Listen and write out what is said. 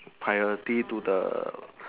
priority to the